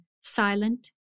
silent